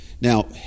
Now